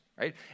right